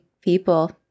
people